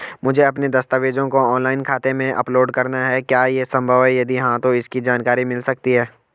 मुझे अपने दस्तावेज़ों को ऑनलाइन खाते में अपलोड करना है क्या ये संभव है यदि हाँ तो इसकी जानकारी मिल सकती है?